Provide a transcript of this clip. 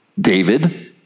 David